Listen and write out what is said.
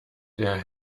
der